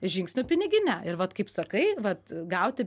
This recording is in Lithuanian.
žingsnių pinigine ir vat kaip sakai vat gauti